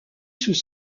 sous